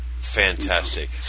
Fantastic